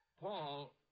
Paul